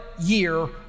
year